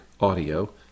audio